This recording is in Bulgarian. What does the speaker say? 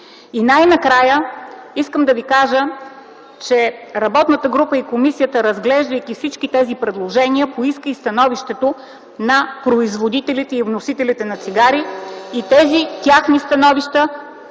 Най-накрая искам да кажа, че работната група и комисията, разглеждайки всички тези предложения, поиска становището на производителите и вносителите на цигари. Тези техни становища